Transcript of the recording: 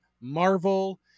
Marvel